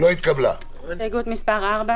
הצבעה ההסתייגות לא אושרה.